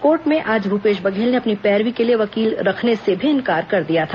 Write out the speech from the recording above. court में आज भूपेश बघेल ने अपनी पैरवी के लिए वकील रखने से भी इंकार कर दिया था